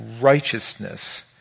righteousness